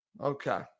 Okay